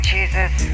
Jesus